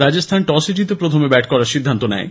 রাজস্থান টসে জিতে প্রথমে ব্যাট করার সিদ্ধান্ত নেয়